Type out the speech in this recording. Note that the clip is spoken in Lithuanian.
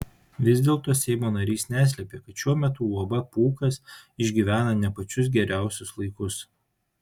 vis dėlto seimo narys neslėpė kad šiuo metu uab pūkas išgyvena ne pačius geriausius laikus